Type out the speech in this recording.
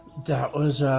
that was